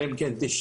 אלא אם כן תשאלו.